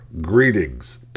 greetings